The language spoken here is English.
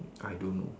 I don't know